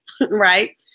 right